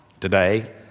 Today